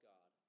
God